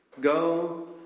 Go